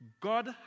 God